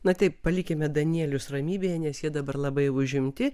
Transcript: na taip palikime danielius ramybėje nes jie dabar labai užimti